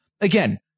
again